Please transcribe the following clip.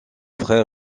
frère